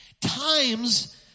Times